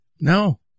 No